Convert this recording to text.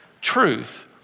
truth